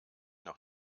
noch